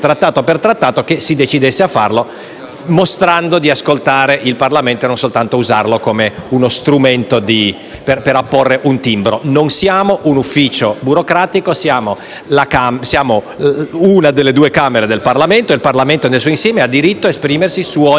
mostrando di ascoltare il Parlamento e non di usarlo solo come uno strumento per apporre un timbro. Non siamo un ufficio burocratico, siamo una delle due Camere del Parlamento e il Parlamento nel suo insieme ha diritto ad esprimersi su ogni singolo Trattato.